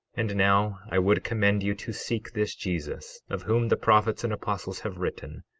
and now, i would commend you to seek this jesus of whom the prophets and apostles have written,